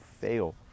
fail